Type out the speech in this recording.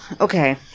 okay